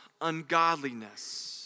ungodliness